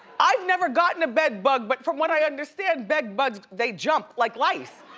i've never gotten a bedbug, but from what i understand, bedbugs, they jump like lice,